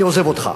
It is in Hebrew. אני עוזב אותך.